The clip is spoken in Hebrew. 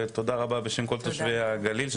ואני רוצה להודות לה בשם כל תושבי הגליל,